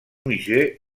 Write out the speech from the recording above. musée